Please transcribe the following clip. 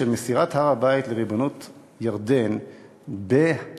של מסירת הר-הבית לריבונות ירדן בהסכמה